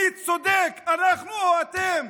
מי צודק, אנחנו או אתם?